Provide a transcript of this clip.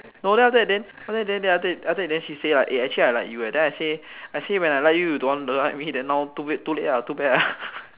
no then after that then then after that then after that then she say like eh actually I like you eh then I say I say when I like you you don't want you don't like me then now too late ah too bad ah